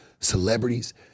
celebrities